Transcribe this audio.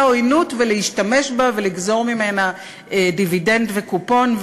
עוינות ולהשתמש בה ולגזור ממנה דיבידנד וקופון.